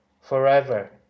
forever